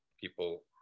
people